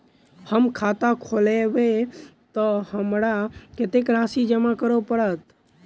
हम खाता खोलेबै तऽ हमरा कत्तेक राशि जमा करऽ पड़त?